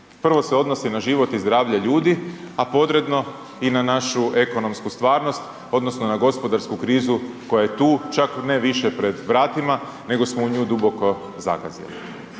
Prvo se odnosi na život i zdravlje ljudi, a podredno i na našu ekonomsku stvarnost odnosno na gospodarsku krizu koja je tu, čak ne više pred vratima nego smo u nju duboko zagazili.